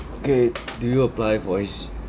okay do you apply for H_D_B